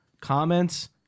comments